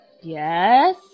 Yes